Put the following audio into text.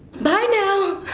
bye now!